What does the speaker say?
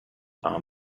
are